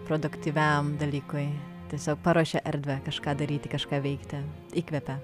produktyviam dalykui tiesiog paruošia erdvę kažką daryti kažką veikti įkvepia